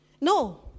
no